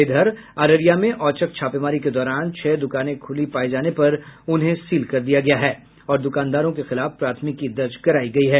इधर अररिया में औचक छापेमारी के दौरान छह दुकानें खुली पायी जाने पर उन्हें सील कर दिया गया है और दुकानदारों के खिलाफ प्राथमिकी दर्ज करायी गयी है